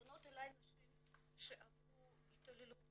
פונות אליי נשים שעברו התעללות מינית,